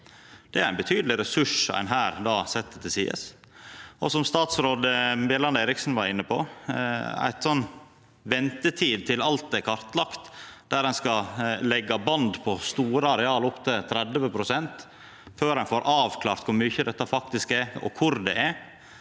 Det er ein betydeleg ressurs ein her då set til side. Som statsråd Bjelland Eriksen var inne på: Ei ventetid til alt er kartlagt, der ein skal leggja band på store areal – opptil 30 pst. – før ein får avklart kor mykje dette faktisk er, og kvar det er,